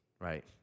right